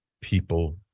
people